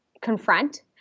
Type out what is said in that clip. confront